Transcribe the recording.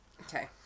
Okay